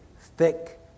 thick